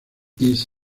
east